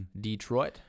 Detroit